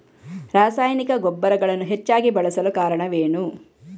ರಾಸಾಯನಿಕ ಗೊಬ್ಬರಗಳನ್ನು ಹೆಚ್ಚಾಗಿ ಬಳಸಲು ಕಾರಣವೇನು?